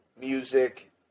music